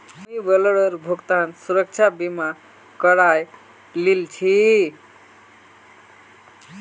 मुई बोलेरोर भुगतान सुरक्षा बीमा करवइ लिल छि